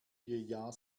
jahr